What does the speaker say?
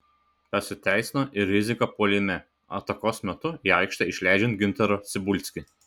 pasiteisino ir rizika puolime atakos metu į aikštę išleidžiant gintarą cibulskį